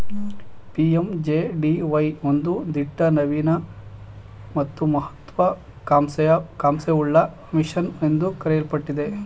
PMJDY ಒಂದು ದಿಟ್ಟ ನವೀನ ಮತ್ತು ಮಹತ್ವ ಕಾಂಕ್ಷೆಯುಳ್ಳ ಮಿಷನ್ ಎಂದು ಕರೆಯಲ್ಪಟ್ಟಿದೆ